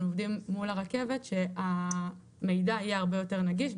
עובדים מול הרכבת שהמידע יהיה הרבה יותר נגיש,